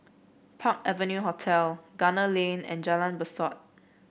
Park Avenue Hotel Gunner Lane and Jalan Besut